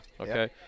Okay